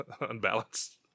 unbalanced